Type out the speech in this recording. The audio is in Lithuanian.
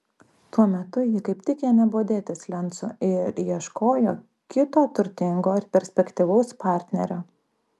tuo metu ji kaip tik ėmė bodėtis lencu ir ieškojo kito turtingo ir perspektyvaus partnerio